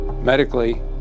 medically